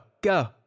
go